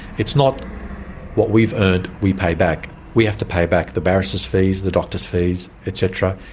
it's not what we've earned we pay back. we have to pay back the barristers' fees, the doctors' fees, et cetera,